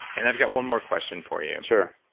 and i've got one more question for you. sure.